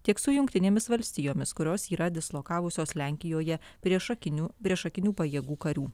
tiek su jungtinėmis valstijomis kurios yra dislokavusios lenkijoje priešakinių priešakinių pajėgų karių